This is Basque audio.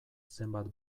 zenbat